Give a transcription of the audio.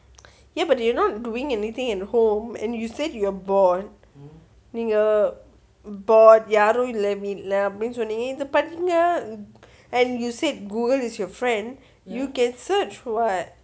ya but you're not doing anything and home and you said you were bored நீங்க:nenga bored யாரும் இல்ல வீட்டுல அப்டின்னு சொன்னிங்க இத படிங்க:yaarum illa veethula apdinu sonninga itha padinga and you said google is your friend you can search [what]